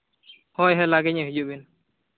ᱦᱳᱭ ᱞᱚᱜᱚᱱ ᱧᱚᱜ ᱦᱤᱡᱩᱜ ᱵᱤᱱ